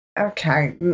okay